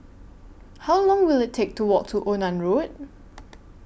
How Long Will IT Take to Walk to Onan Road